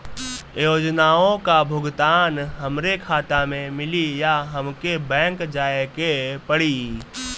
योजनाओ का भुगतान हमरे खाता में मिली या हमके बैंक जाये के पड़ी?